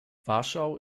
warschau